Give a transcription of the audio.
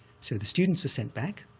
so the students are sent back,